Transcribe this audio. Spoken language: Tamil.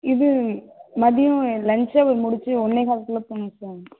இது மதியம் லன்ஞ்ச் ஹவர் முடிச்சு ஒன்னே கால்குள்ளே போகனும் சார்